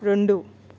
రెండు